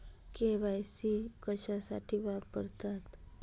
KYC कशासाठी वापरतात?